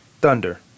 Thunder